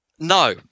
no